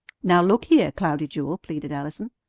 now, look here, cloudy jewel, pleaded allison.